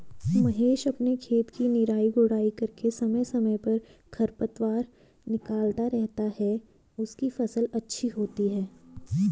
महेश अपने खेत की निराई गुड़ाई करके समय समय पर खरपतवार निकलता रहता है उसकी फसल अच्छी होती है